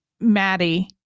maddie